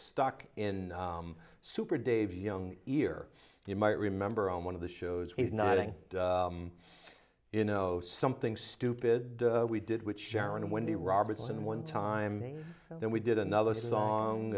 stuck in super dave young ear you might remember on one of the shows he's nodding you know something stupid we did with sharon and wendy robertson one time and then we did another song